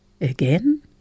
Again